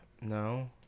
no